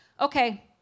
okay